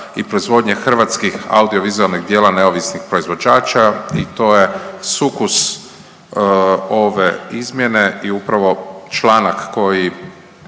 i proizvodnje hrvatskih audiovizualnih djela neovisnih proizvođača i to je sukus ove izmjene. I upravo članak koji